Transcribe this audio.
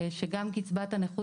כשאנחנו גם ב-2018 דיברנו בנושאים